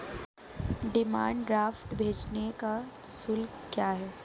Demand draft भेजने का शुल्क क्या है?